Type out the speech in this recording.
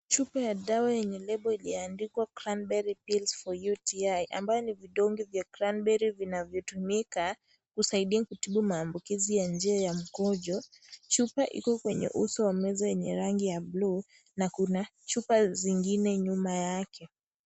Chupa ya dawa yenye lebo iliyo andikwa grandberry [ cs]pill for UTI ambayo ni vidonge ya Grandberry ambayo vinavyotumika kutibu maambukizi ya njia ya mkono. Chupa enye usi wa meza enye rangi ya buluu na Kuna chupa zingine nyuma yake.